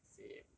same